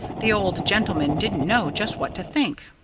the old gentleman didn't know just what to think.